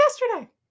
yesterday